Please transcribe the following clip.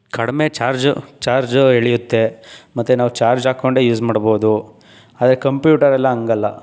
ಕಡಿಮೆ charge charge ಎಳಿಯುತ್ತೆ ಮತ್ತು ನಾವು ಚಾರ್ಜ್ ಹಾಕ್ಕೊಂಡೇ ಯೂಸ್ ಮಾಡ್ಬೌದು ಆದರೆ ಕಂಪ್ಯೂಟರಲ್ಲಿ ಹಾಗಲ್ಲ